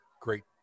Great